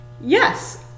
yes